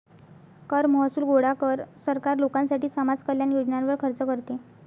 कर महसूल गोळा कर, सरकार लोकांसाठी समाज कल्याण योजनांवर खर्च करते